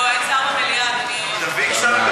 דביק שם?